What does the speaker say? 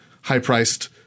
high-priced